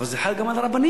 אבל זה חל גם על הרבנים.